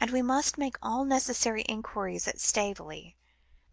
and we must make all necessary enquiries at staveley